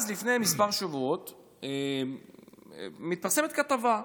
אז לפני כמה שבועות מתפרסמת כתבה,